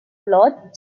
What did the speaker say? lord